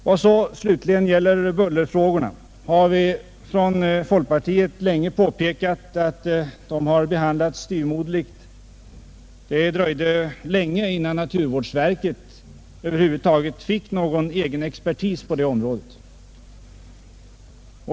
Vad slutligen gäller bullerfrågorna har vi från folkpartiet länge påpekat att de har behandlats styvmoderligt. Det dröjde länge innan naturvårdsverket över huvud taget fick någon egen expertis på det området.